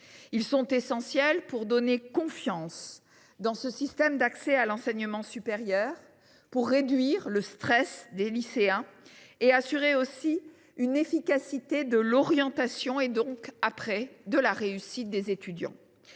essentiels pour donner confiance dans ce système d’accès à l’enseignement supérieur, réduire le stress des lycéens et assurer tant l’efficacité de l’orientation que la réussite des étudiants.